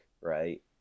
right